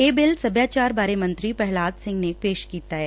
ਇਹ ਬਿੱਲ ਸਭਿਆਚਾਰ ਬਾਰੇ ਮੰਤਰੀ ਪੁਹਲਾਦ ਸਿੰਘ ਨੇ ਪੇਸ਼ ਕੀਤਾ ਐ